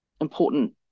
important